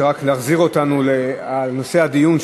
רק להחזיר אותנו לנושא הדיון,